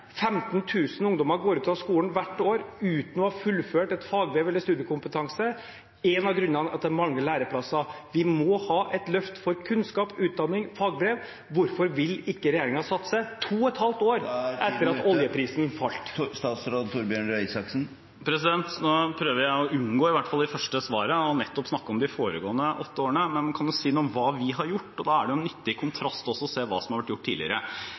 ungdommer går ut av skolen hvert år uten fullført fagbrev eller studiekompetanse. En av grunnene er at det mangler læreplasser. Vi må ha et løft for kunnskap, utdanning og fagbrev. Hvorfor vil ikke regjeringen satse, to og et halvt år etter at oljeprisen falt? Jeg prøver å unngå, i hvert fall i det første svaret, nettopp å snakke om de foregående åtte årene, men kan jo si noe om hva vi har gjort. Da er det en nyttig kontrast også å se hva som har vært gjort tidligere.